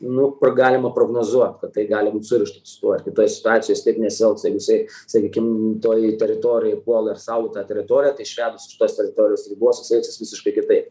nu kur galima prognozuot kad tai gali būt surišta su tuo ir kitoj situacijoj jis taip nesielgs jeigu jisai sakykim toj teritorijoj puola ir saugo tą teritoriją tai išvedus iš tos teritorijos ribos jis elgsis visiškai kitaip